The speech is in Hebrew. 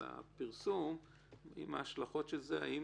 על הפרסום ועל ההשלכות של זה - האם